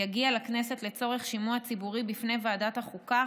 יגיע לכנסת לצורך שימוע ציבורי בפני ועדת החוקה,